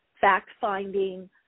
fact-finding